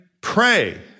pray